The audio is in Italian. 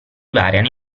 variano